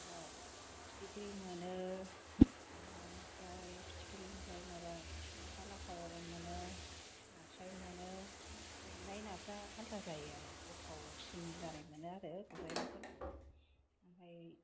माबा फिथिख्रि मोनो आमफ्राय फिथिख्रि आमफ्राइ माबा ना बालाखावाबो मोनो नारस्राय मोनो गुरनाय नाफ्रा आलदा जायो आरो गोथावसिन जानाय मोनो आरो गुरनाय नाफोरखौ आमफ्राइ